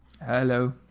Hello